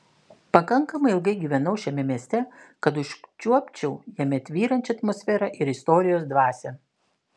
pakankamai ilgai gyvenau šiame mieste kad užčiuopčiau jame tvyrančią atmosferą ir istorijos dvasią